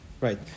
Right